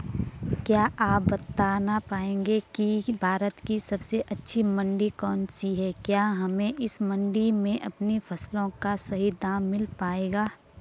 क्या आप बताना पाएंगे कि भारत की सबसे अच्छी मंडी कौन सी है क्या हमें इस मंडी में अपनी फसलों का सही दाम मिल पायेगा?